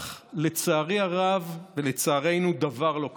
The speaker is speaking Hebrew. אך לצערי הרב ולצערנו, דבר לא קרה.